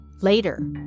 Later